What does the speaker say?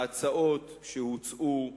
ההצעות שהוצעו,